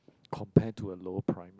compare to a lower prime